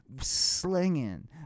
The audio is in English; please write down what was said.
slinging